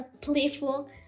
playful